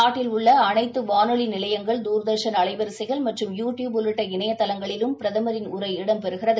நாட்டில் உள்ள அனைத்துவானொலிநிலையங்கள் தூர்தர்ஷன் அலைவரிசைகள் மற்றும் யூ டியூப் உள்ளிட்ட இணையதளங்களிலும் பிரதமரின் உரை இடம் பெறுகிறது